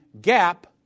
gap